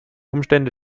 umstände